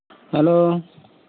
hello